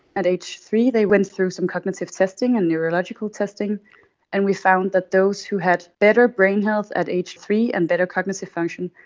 at age three they went through some cognitive testing and neurological testing and we found that those who had better brain health at age three and better cognitive function,